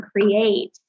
create